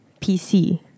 PC